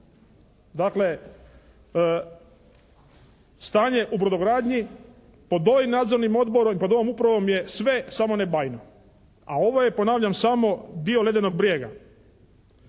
Dakle, stanje u brodogradnji pod ovim Nadzornim odborom i pod ovom upravo je sve samo ne bajno, a ovo je ponavljam samo dio ledenog brijega.